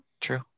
true